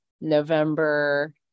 november